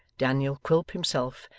daniel quilp himself,